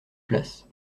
places